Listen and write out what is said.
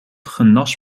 genas